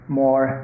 more